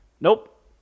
Nope